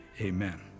amen